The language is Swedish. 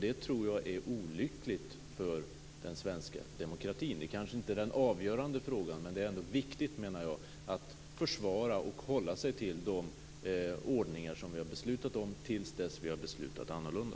Det tror jag är olyckligt för den svenska demokratin. Det kanske inte är den avgörande frågan, men jag menar att det ändå är viktigt att försvara och hålla sig till de ordningar som vi har beslutat om tills vi har beslutat annorlunda.